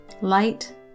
Light